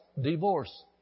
divorce